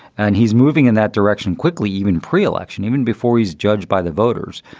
and he's moving in that direction quickly, even pre-election, even before he's judged by the voters.